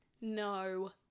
no